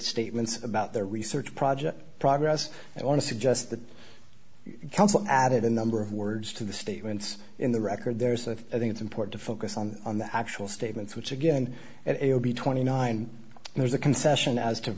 statements about their research project progress and want to suggest that counsel added a number of words to the statements in the record there's a i think it's important to focus on the actual statements which again it will be twenty nine and there's a concession as to